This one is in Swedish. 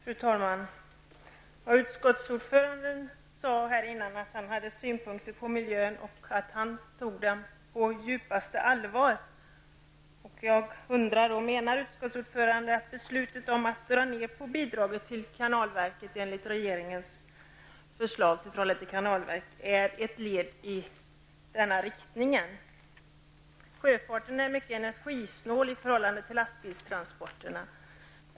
Fru talman! Utskottsordföranden sade för en stund sedan att han hade synpunkter på miljön och tog den på djupaste allvar. Menar utskottsordföranden att regeringens förslag att minska bidraget till transporter är ett led i denna riktning? Sjötransporter är mycket energisnålare än lastbilstransporter.